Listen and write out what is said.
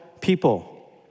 people